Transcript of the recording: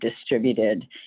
distributed